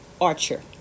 archer